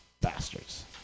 bastards